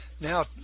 Now